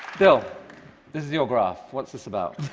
bill, this is your graph. what's this about?